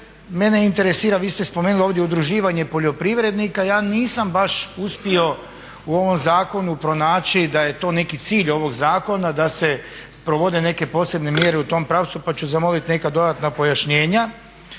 mene interesira, vi ste ovdje spomenuli udruživanje poljoprivrednika, ja nisam baš uspio u ovom zakonu pronaći da je to neki cilj ovog zakona da se provode neke posebne mjere u tom pravcu pa ću zamoliti neka dodatna pojašnjenja.